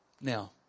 Now